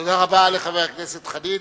תודה רבה לחבר הכנסת חנין.